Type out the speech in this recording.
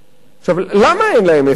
למה אין להם איפה לגור?